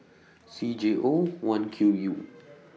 C J O one Q U